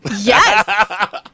Yes